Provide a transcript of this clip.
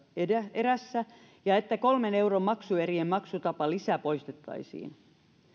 erässä ja että kolmen euron maksuerien maksutapalisä poistettaisiin